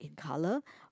colour